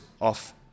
off